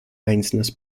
einzelnes